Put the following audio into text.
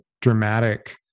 dramatic